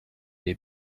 les